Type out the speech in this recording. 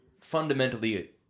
fundamentally